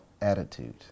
attitude